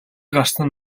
гарсан